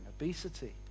obesity